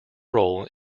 role